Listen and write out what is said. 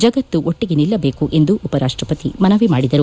ಜಗತ್ತು ಒಟ್ಟಿಗೆ ನಿಲ್ಲಬೇಕು ಎಂದು ಉಪರಾಷ್ಟ ಪತಿ ಮನವಿ ಮಾಡಿದರು